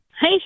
Hey